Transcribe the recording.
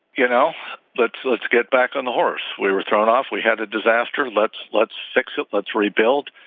you know let's let's get back on the horse. we were thrown off. we had a disaster. let's let's sextuplets rebuild.